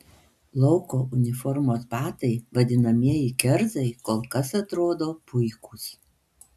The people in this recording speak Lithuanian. lauko uniformos batai vadinamieji kerzai kol kas atrodo puikūs